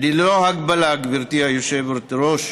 וללא הגבלה, גברתי היושבת-ראש,